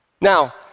Now